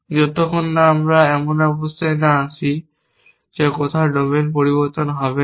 যতক্ষণ না আমরা এমন একটি অবস্থায় না আসি যেখানে কোনও ডোমেইন পরিবর্তন হবে না